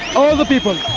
all the people